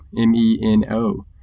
M-E-N-O